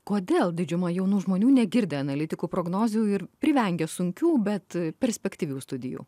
kodėl didžiuma jaunų žmonių negirdi analitikų prognozių ir privengia sunkių bet perspektyvių studijų